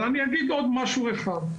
אבל אני אגיד עוד משהו אחד.